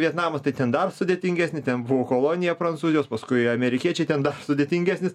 vietnamas tai ten dar sudėtingesnė ten buvo kolonija prancūzijos paskui amerikiečiai ten dar sudėtingesnis